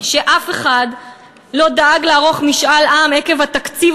שאף אחד לא דאג לערוך משאל עם עקב התקציב